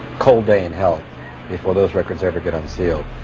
cold day in hell before those records ever get unsealed.